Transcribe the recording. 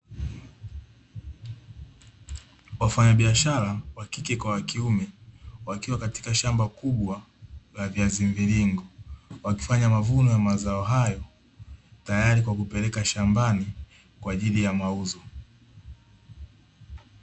Wafanyabiashara (wa kike kwa wa kiume) wakiwa katika shamba kubwa la viazi mviringo, wakifanya mavuno ya mazao hayo tayari kwa kupeleka sokoni kwa ajili ya mauzo.